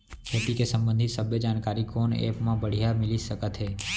खेती के संबंधित सब्बे जानकारी कोन एप मा बढ़िया मिलिस सकत हे?